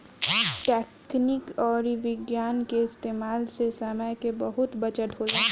तकनीक अउरी विज्ञान के इस्तेमाल से समय के बहुत बचत होला